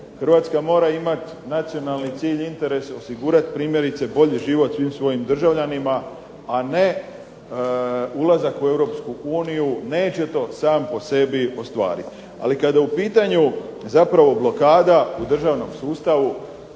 Hrvatska mora imati nacionalni cilj i interes osigurati primjerice bolji život svim svojim državljanima, a ne ulazak u Europsku uniju neće to sam po sebi ostvariti. Ali kada je u pitanju zapravo blokada u državnom sustavu